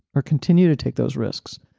or continue to take those risks.